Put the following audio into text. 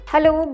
Hello